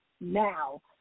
now